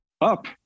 up